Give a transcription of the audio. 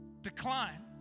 decline